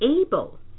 able